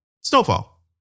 Snowfall